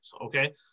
Okay